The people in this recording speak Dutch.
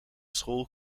school